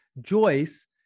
Joyce